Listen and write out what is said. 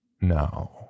Now